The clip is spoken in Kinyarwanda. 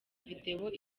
video